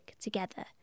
together